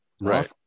right